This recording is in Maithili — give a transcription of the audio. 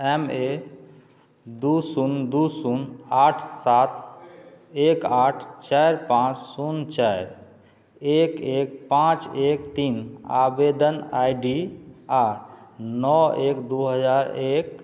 एम ए दू शून्य दू शून्य आठ सात एक आठ चारि पाँच शून्य चारि एक एक पाँच एक एक तीन आवेदन आइ डी आ नओ एक दू हजार एक